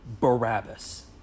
Barabbas